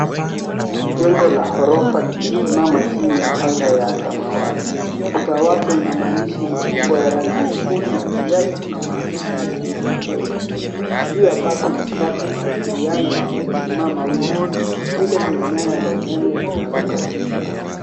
Jengo la ghorofa limesimama chini ya anga ya samawati, ukuta wake una maandishi makubwa ya rangi nyekundu na juu yake kuna maandishi mengine madogo ,juu ya paa kuna kifaa cha mawasiliano kilichosimama wima ,mbele kuna nyaya za umeme zinazokatiza.